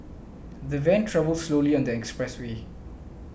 the van travelled slowly on the expressway